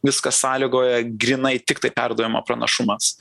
viską sąlygoja grynai tiktai perdavimo pranašumas